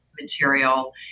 material